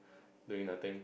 doing nothing